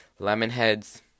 Lemonheads